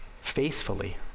faithfully